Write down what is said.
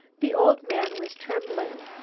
the old man was trembling.